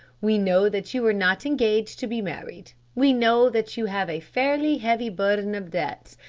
we know that you are not engaged to be married, we know that you have a fairly heavy burden of debts,